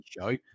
show